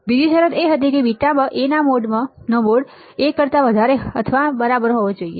બીજી શરત એ હતી કે બીટામાં A ના મોડનો મોડ 1 કરતા વધારે અથવા બરાબર હોવો જોઈએ